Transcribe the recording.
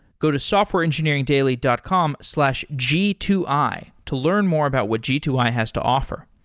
go to softwareengineeringdaily dot com slash g two i to learn more about what g two i has to offer.